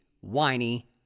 whiny